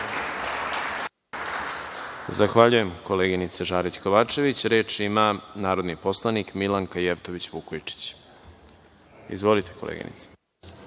Zahvaljujem, koleginice Žarić Kovačević. Reč ima narodni poslanik Milanka Jevtović Vukojičić. Izvolite, koleginice.